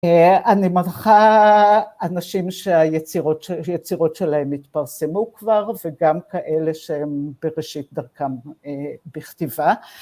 אני מנחה אנשים שהיצירות שלהם התפרסמו כבר וגם כאלה שהם בראשית דרכם בכתיבה